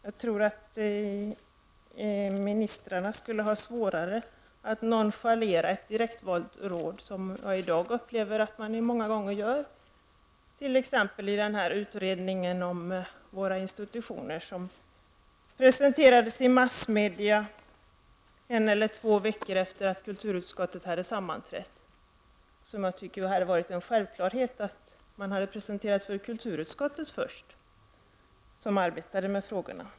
Det skulle bli svårare för ministrarna att nonchalera ett direktvalt råd, vilket jag anser att de många gånger gör i dag. Som exempel kan nämnas utredningen om våra institutioner. Denna utredning presenterades i massmedia en eller ett par veckor efter det att kulturutskottet hade sammanträtt. Det borde ha varit en självklarhet att utredningen först hade presenterats för utskottet, som ju ändå har att arbeta med dessa frågor.